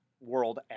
world